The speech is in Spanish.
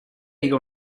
diga